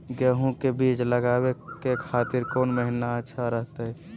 गेहूं के बीज लगावे के खातिर कौन महीना अच्छा रहतय?